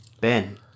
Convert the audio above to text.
Ben